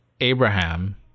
Abraham